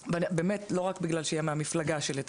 באמת לא רק בגלל שהיא מהמפלגה שלי,